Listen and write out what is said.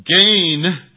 gain